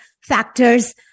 factors